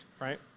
right